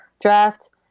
draft